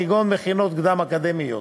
כגון במכינות קדם-אקדמיות.